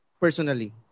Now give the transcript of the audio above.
personally